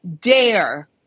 dare